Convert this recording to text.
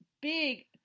big